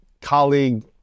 colleague